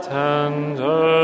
tender